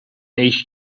each